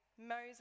Moses